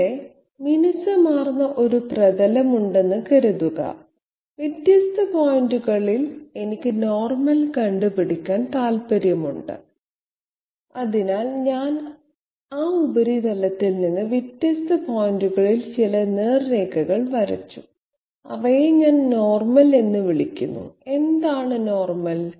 ഇവിടെ മിനുസമാർന്ന ഒരു പ്രതലമുണ്ടെന്ന് കരുതുക വ്യത്യസ്ത പോയിന്റുകളിൽ എനിക്ക് നോർമൽ കണ്ടുപിടിക്കാൻ താൽപ്പര്യമുണ്ട് അതിനാൽ ഞാൻ ആ ഉപരിതലത്തിൽ നിന്ന് വ്യത്യസ്ത പോയിന്റുകളിൽ ചില നേർരേഖകൾ വരച്ചു അവയെ ഞാൻ നോർമൽ എന്ന് വിളിക്കുന്നു എന്താണ് നോർമൽ